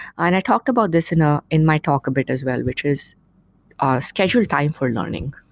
and i talked about this in ah in my talk a bit as well, which is schedule time for learning.